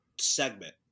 segment